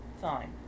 Fine